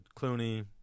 Clooney